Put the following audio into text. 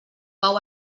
pau